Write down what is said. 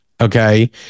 Okay